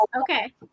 okay